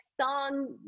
song